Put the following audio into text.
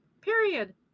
Period